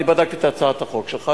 אני בדקתי את הצעת החוק שלך,